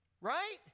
Right